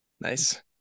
Nice